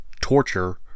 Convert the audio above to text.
torture